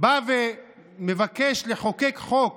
בא מבקש לחוקק חוק